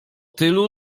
tylu